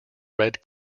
red